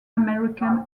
american